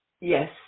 Yes